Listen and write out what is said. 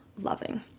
loving